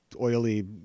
oily